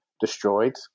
destroyed